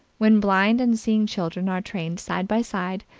when blind and seeing children are trained side by side,